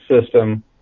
system